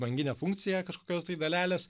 banginę funkciją kažkokios tai dalelės